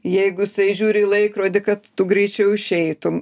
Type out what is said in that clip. jeigu jisai žiūri į laikrodį kad tu greičiau išeitum